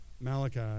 Malachi